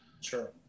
Sure